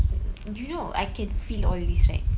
you know I can feel all these right